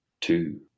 two